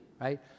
right